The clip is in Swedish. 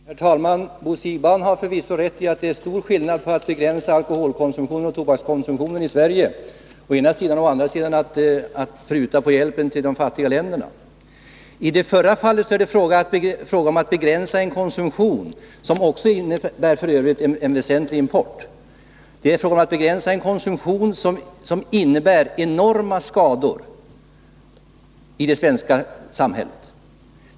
Herr talman! Bo Siegbahn har förvisso rätt i att det är stor skillnad mellan å ena sidan att begränsa konsumtionen av alkohol och tobak i Sverige och å andra sidan att pruta på hjälpen till de fattiga länderna. I det förra fallet är det fråga om att begränsa en konsumtion som f. ö. innebär en väsentlig import och som innebär enorma skador i det svenska samhället.